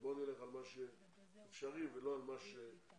אז בוא נלך על מה שאפשרי ולא על מה שרצוי.